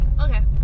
Okay